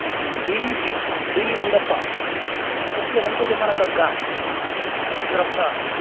D V G D V Gundappa तस्य मङ्कुतिम्मनकग्गा इति ग्रन्थः अस्ति